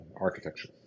architecture